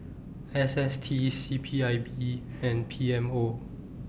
S S T C P I B and P M O